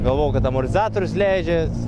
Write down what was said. galvojau kad amortizatorius leidžias